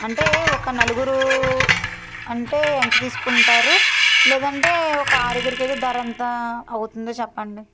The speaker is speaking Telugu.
అంటే ఒక నలుగురు అంటే ఎంత తీసుకుంటారు లేదంటే ఒక ఆరుగురికి ధర ఎంత అవుతుంది చెప్పండి